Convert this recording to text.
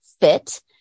fit